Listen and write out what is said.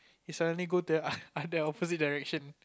he suddenly go to other the opposite directions